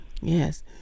Yes